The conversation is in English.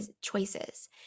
choices